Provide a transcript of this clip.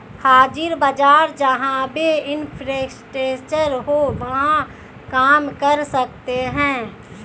हाजिर बाजार जहां भी इंफ्रास्ट्रक्चर हो वहां काम कर सकते हैं